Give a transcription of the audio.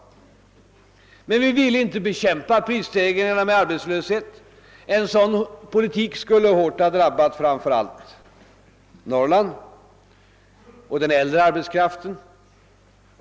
Men vi ville inte bekämpa prisstegringarna med arbetslöshet. En sådan politik skulle hårt ha drabbat framför allt Norrland och den äldre arbetskraften.